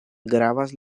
gravas